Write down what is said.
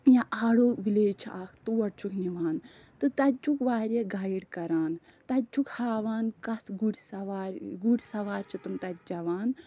یا آڈَو وِلیج چھِ اَکھ تور چھُکھ نِوان تہٕ تَتہِ چھُکھ واریاہ گایِڈ کَران تَتہِ چھُکھ ہاوان کَتھ گُڑۍ سوارِ گُڑۍ سَوارِ چھِ تَتہِ تِم چٮ۪وان